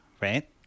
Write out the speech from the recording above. right